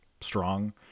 strong